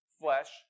flesh